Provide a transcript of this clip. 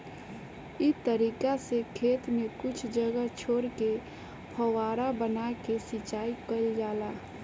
इ तरीका से खेत में कुछ जगह छोर के फौवारा बना के सिंचाई कईल जाला